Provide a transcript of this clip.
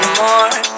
more